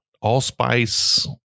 allspice